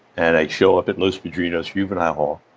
and i'd show up at los padrinos juvenile hall,